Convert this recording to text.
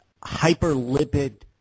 hyperlipid